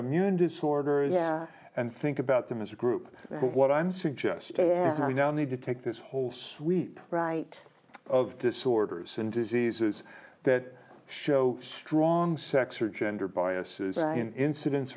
immune disorders yeah and think about them as a group and what i'm suggesting we now need to take this whole sweep right of disorders and diseases that show strong sex or gender bias in inciden